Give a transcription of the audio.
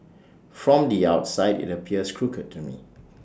from the outside IT appears crooked to me